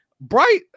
bright